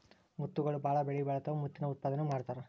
ಮುತ್ತುಗಳು ಬಾಳ ಬೆಲಿಬಾಳತಾವ ಮುತ್ತಿನ ಉತ್ಪಾದನೆನು ಮಾಡತಾರ